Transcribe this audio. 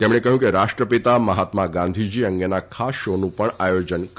તેમણે કહ્યું કે રાષ્ટ્રપિતા મહાત્મા ગાંધીજી અંગેના ખાસ શોનું પણ આયોજન થયું છે